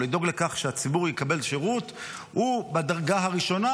לדאוג לכך שהציבור יקבל שירות הוא בדרגה הראשונה,